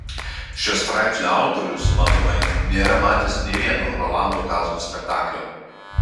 šio straipsnio autorius matomai nėra matęs nė vieno rolando kazlo spektaklio